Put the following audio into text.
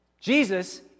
Jesus